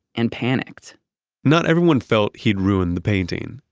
and panicked not everyone felt he'd ruined the painting.